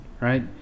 right